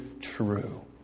true